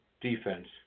defense